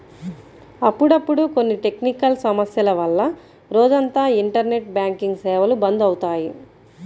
అప్పుడప్పుడు కొన్ని టెక్నికల్ సమస్యల వల్ల రోజంతా ఇంటర్నెట్ బ్యాంకింగ్ సేవలు బంద్ అవుతాయి